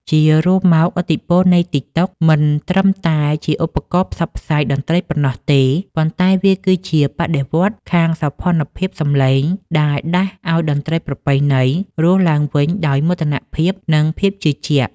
ជារួមមក ឥទ្ធិពលនៃ TikTok មិនត្រឹមតែជាឧបករណ៍ផ្សព្វផ្សាយតន្ត្រីប៉ុណ្ណោះទេ ប៉ុន្តែវាគឺជាបដិវត្តន៍ខាងសោភ័ណភាពសម្លេង ដែលបានដាស់ឱ្យតន្ត្រីប្រពៃណី រស់ឡើងវិញដោយមោទនភាព និងភាពជឿជាក់។